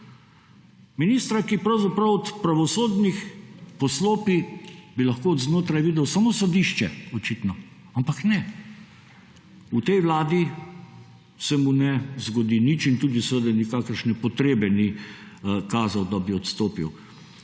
Ministra, ki pravzaprav od pravosodnih poslopij bi lahko od znotraj videl samo sodišče očitno, ampak ne. v tej Vladi se mu ne zgodi nič in tudi seveda nikakršne potrebe ni kazal, da bi odstopil.